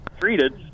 treated